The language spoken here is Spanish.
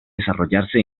desarrollarse